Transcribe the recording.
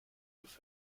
buch